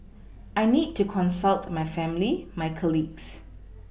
I need to consult my family my colleagues